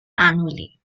annually